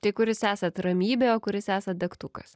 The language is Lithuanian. tai kuris esat ramybė o kuris esat degtukas